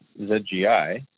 ZGI